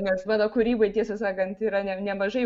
nes mano kūryboj tiesą sakant yra ne nemažai